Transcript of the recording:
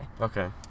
Okay